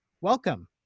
Welcome